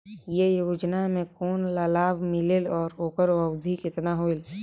ये योजना मे कोन ला लाभ मिलेल और ओकर अवधी कतना होएल